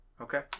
Okay